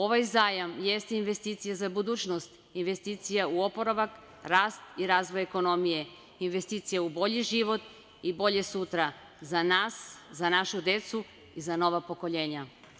Ovaj zajam jeste investicija za budućnost, investicija u oporavak, rast i razvoj ekonomije, investicija u bolji život i bolje sutra, za nas, za našu decu i za nova pokoljenja.